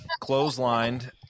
clotheslined